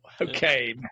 okay